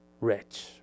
rich